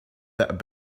that